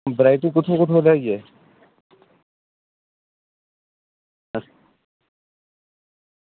variety कुत्थें कुत्थें दा आई ऐ